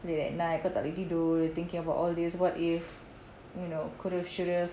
late at night kau tak boleh tidur thinking about all these what if you know could have should have